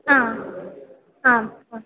आ आम् आ